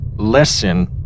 Lesson